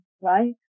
right